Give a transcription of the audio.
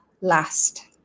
last